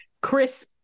Chris